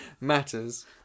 matters